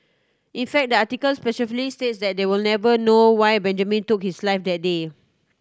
in fact the article specifically states that we will never know why Benjamin took his life that day